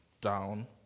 down